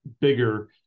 bigger